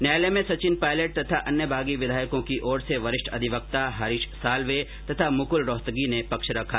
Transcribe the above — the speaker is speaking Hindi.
न्यायालय में सचिन पायलट तथा अन्य बागी विधायकों की ओर से वरिष्ठ अधिवक्ता हरीश साल्वे तथा मुक्ल रोहतगी ने पक्ष रखा